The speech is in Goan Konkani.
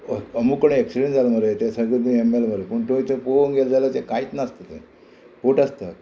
अमुक कडेन एक्सिडेंट जाला मरे ते सगळे न्ही एम एल मरे पूण थंय तें पोवंक गेले जाल्यार ते कांयच नासता थंय फोट आसता